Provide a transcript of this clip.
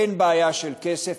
אין בעיה של כסף,